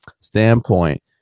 standpoint